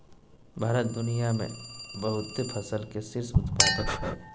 भारत दुनिया में बहुते फसल के शीर्ष उत्पादक हइ